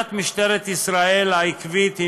עמדת משטרת ישראל העקבית היא